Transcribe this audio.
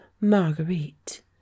Marguerite